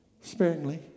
sparingly